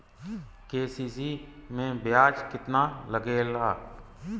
KCC में ब्याज कितना लागेला?